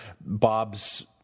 Bob's